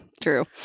True